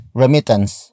remittance